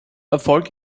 erfolg